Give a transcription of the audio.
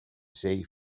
zee